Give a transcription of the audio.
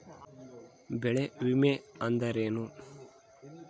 ಬೆಳೆ ವಿಮೆ ಅಂದರೇನು?